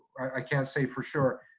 i can't say for sure.